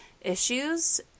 issues